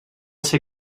ser